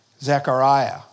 Zechariah